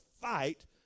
fight